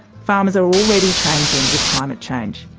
farmers are already changing with climate change.